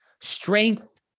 Strength